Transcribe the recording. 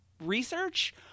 research